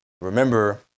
Remember